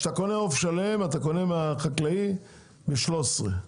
כשאתה קונה עוף שלם אתה קונה מהחקלאי ב-13 ₪?